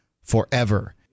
forever